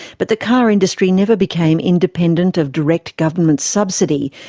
but the car industry never became independent of direct government subsidy,